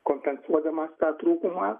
kompensuodamas tą trūkumą